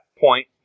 point